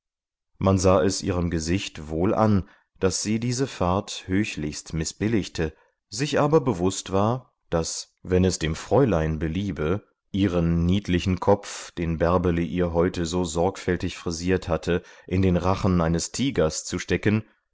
man sah es ihrem gesicht wohl an daß sie diese fahrt höchlichst mißbilligte sich aber bewußt war daß wenn es dem fräulein beliebe ihren niedlichen kopf den bärbele ihr heute so sorgfältig frisiert hatte in den rachen eines tigers zu stecken